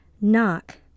knock